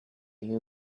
you